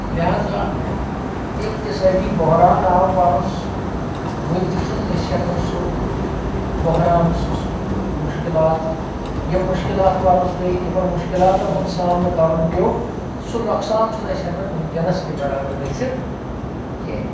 لِہٰذا اَقتِصٲدی بُہران آو پَرُس وٕنۍ تہِ چھُنہٕ أسۍ ہؠکان سُہ بُہران سُہ سُہ مُشکِلات یِم مُشکِلات پَرُس گٔے یِمن مُشکِلاتن ہُنٛد سامنہٕ کرُن پیٚو سُہ نۄقصَان چھُنہٕ أسی ہؠکان وٕنکیٚنس تہِ برابر گٔژھِتھ کینٛہہ